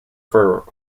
for